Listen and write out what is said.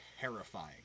terrifying